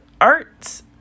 art